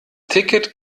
ticket